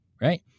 right